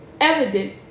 evident